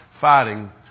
fighting